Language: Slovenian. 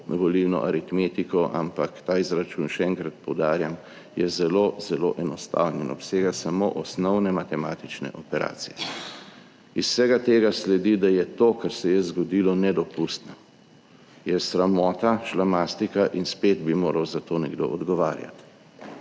volilno aritmetiko, ampak ta izračun, še enkrat poudarjam, je zelo, zelo enostaven in obsega samo osnovne matematične operacije. Iz vsega tega sledi, da je to, kar se je zgodilo nedopustno, je sramota, šlamastika in spet bi moral za to nekdo odgovarjati,